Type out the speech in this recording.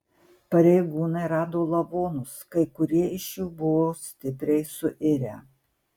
pareigūnai rado lavonus kai kurie iš jų buvo stipriai suirę